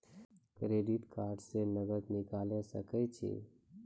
Credit card से नगद निकाल सके छी?